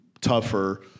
tougher